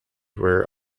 were